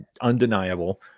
undeniable